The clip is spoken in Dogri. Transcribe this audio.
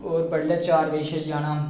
और बड़लै चार बजे जाना